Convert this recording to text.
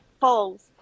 falls